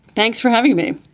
thanks for having me.